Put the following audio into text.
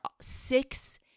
six